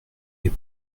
est